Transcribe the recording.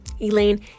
Elaine